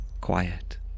Quiet